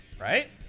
Right